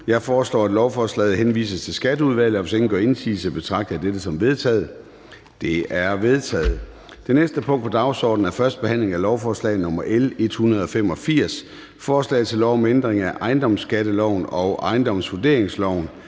Jeg foreslår, at lovforslaget henvises til Skatteudvalget. Hvis ingen gør indsigelse, betragter jeg dette som vedtaget. Det er vedtaget. --- Det næste punkt på dagsordenen er: 18) 1. behandling af lovforslag nr. L 185: Forslag til lov om ændring af ejendomsskatteloven og ejendomsvurderingsloven.